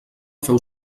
feu